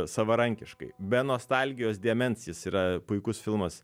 savarankiškai be nostalgijos dėmens jis yra puikus filmas